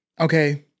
Okay